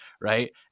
right